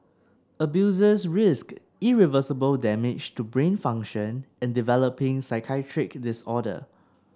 abusers risked irreversible damage to brain function and developing psychiatric disorder